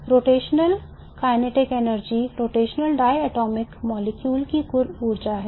rotational गतिज ऊर्जा rotational diatomic molecule की कुल ऊर्जा है